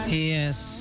Yes